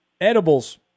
Edibles